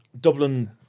Dublin